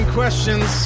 questions